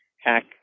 hack